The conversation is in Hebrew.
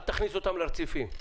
אל תכניס אותם לרציפים.